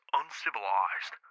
uncivilized